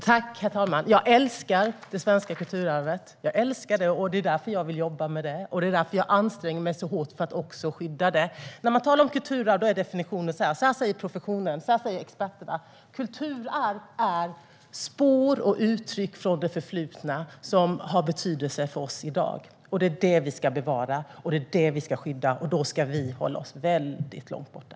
Herr talman! Jag älskar det svenska kulturarvet. Det är därför jag vill jobba med det och anstränger mig så hårt för att skydda det. När man talar om kulturarv är definitionen, enligt professionen och experterna: Kulturarv är spår och uttryck från det förflutna som har betydelse för oss i dag. Det är detta vi ska bevara och skydda, och då ska vi hålla oss väldigt långt borta.